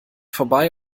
vorbei